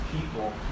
people